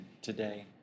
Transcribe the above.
today